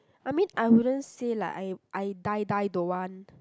I mean I wouldn't say like I I die die don't want